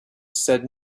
said